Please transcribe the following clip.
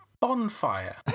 Bonfire